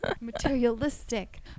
materialistic